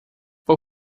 por